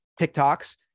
TikToks